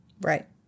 Right